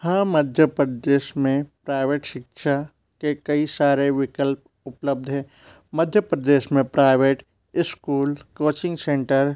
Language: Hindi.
हाँ मध्य प्रदेश में प्राइवेट शिक्षा के कई सारे विकल्प उपलब्ध है मध्य प्रदेश में प्राइवेट स्कूल कोचिंग सेंटर